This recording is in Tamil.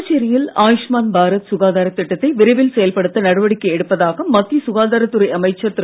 புதுச்சேரியில் ஆயுஷ்மான் பாரத் சுகாதாரத் திட்டத்தை விரைவில் செயல்படுத்த நடவடிக்கை எடுப்பதாக மத்திய சுகாதாரத்துறை அமைச்சர் திரு